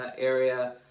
area